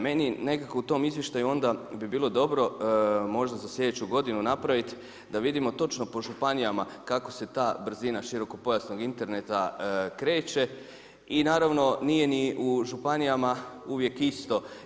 Meni nekako u tom izvještaju bi bilo dobro možda za sljedeću godinu napraviti, da vidimo točno po županijama kako se ta brzina širokopojasnog interneta kreće i naravno, nije ni u županijama uvijek isto.